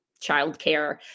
childcare